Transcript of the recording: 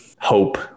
hope